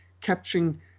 capturing